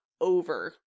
over